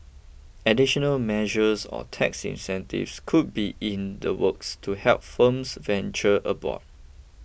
additional measures or tax incentives could be in the works to help firms venture abroad